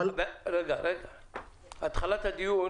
מיד בתחילת הדיון